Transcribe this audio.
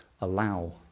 allow